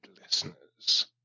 listeners